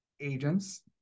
agents